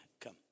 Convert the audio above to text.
Come